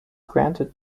granted